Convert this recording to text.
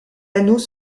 anneaux